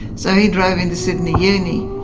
so he drove into sydney uni,